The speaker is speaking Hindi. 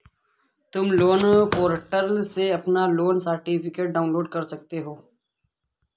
तुम लोन पोर्टल से अपना लोन सर्टिफिकेट डाउनलोड कर सकते हो